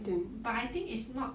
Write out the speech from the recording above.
mm but I think it's not